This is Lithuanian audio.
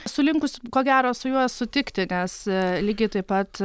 esu linkusi ko gero su juo sutikti nes lygiai taip pat